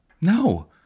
no